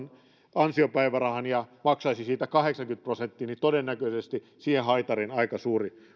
ansiopäivärahan ja maksaisi siitä kahdeksankymmentä prosenttia niin todennäköisesti siihen haitariin aika suuri